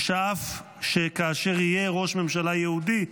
ושאף שכאשר יהיה ראש ממשלה יהודי,